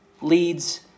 leads